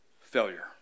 failure